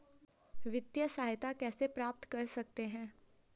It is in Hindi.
वित्तिय सहायता कैसे प्राप्त कर सकते हैं?